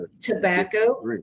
tobacco